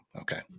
Okay